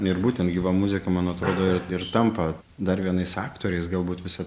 ir būtent gyva muzika man atrodo ir tampa dar vienais aktoriais galbūt visa